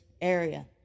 area